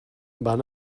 van